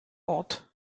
ort